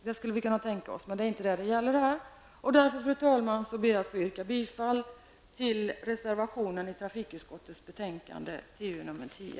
Det skulle vi kunna tänka oss, men det är inte detta det gäller här. Därför, fru talman, ber jag att få yrka bifall till reservationen i trafikutskottets betänkande TU10.